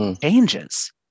changes